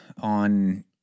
on